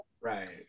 right